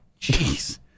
Jeez